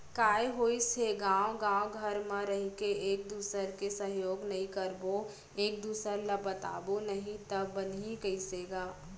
काय होइस हे गा गाँव घर म रहिके एक दूसर के सहयोग नइ करबो एक दूसर ल बताबो नही तव बनही कइसे गा